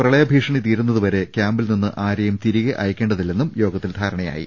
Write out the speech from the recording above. പ്രളയഭീഷണി തീരു ന്ന തു വരെ ക്യാമ്പിൽനിന്ന് ആരെയും തിരികെ അയക്കേണ്ടതി ല്ലെന്നും യോഗത്തിൽ ധാരണയായി